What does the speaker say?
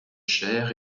chère